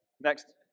next